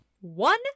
one